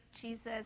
Jesus